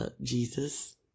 Jesus